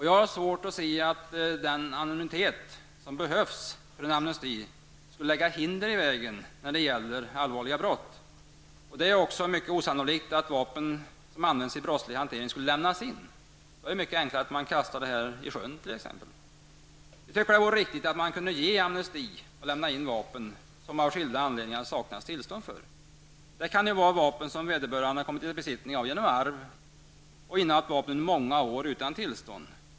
Jag har svårt att se att den anonymitet som behövs för en amnesti skulle lägga hinder i vägen när det gäller allvarliga brott. Det är ju mycket osannolikt att vapen som används vid brottslig verksamhet skulle lämnas in. Då är det ju mycket enklare att kasta ett sådant vapen i t.ex. sjön. Vi tycker att det vore riktigt att medge amnesti för inlämnade vapen som det av skilda anledningar saknas tillstånd för. Det kan ju vara vapen som vederbörande har kommit i besittning av genom arv och som sedan innehafts under många år utan tillstånd.